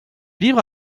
livre